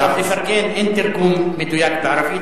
ל"לפרגן" אין תרגום מדויק בערבית,